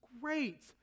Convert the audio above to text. great